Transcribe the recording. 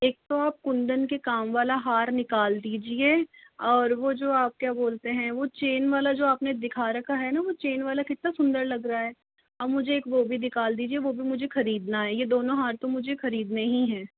एक तो आप कुंदन के काम वाला हार निकाल दीजिये और वह जो आप क्या बोलते हैं वह चेन वाला जो आपने दिखा रखा है ना वो चेन वाला कितना सुन्दर लग रहा है और मुझे एक वह भी निकाल दीजिये वह भी मुझे खरीदना है ये दोनों हार तो मुझे खरीदने ही हैं